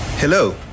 Hello